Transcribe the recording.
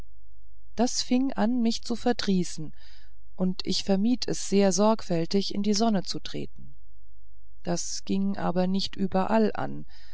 das fing an mich zu verdrießen und ich vermied sehr sorgfältig in die sonne zu treten das ging aber nicht überall an